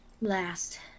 last